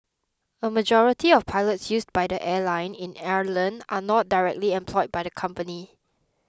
a majority of pilots used by the airline in Ireland are not directly employed by the company